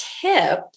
tip